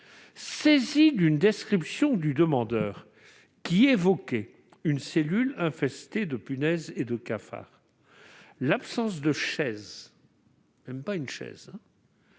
Saisie d'une description du demandeur, qui évoquait une cellule infestée de punaises et de cafards, l'absence de chaise, la saleté